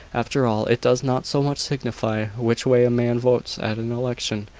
after all, it does not so much signify which way a man votes at an election,